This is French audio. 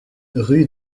rue